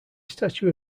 statue